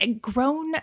grown